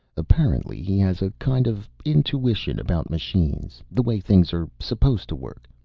apparently he has a kind of intuition about machines, the way things are supposed to work.